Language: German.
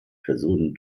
personen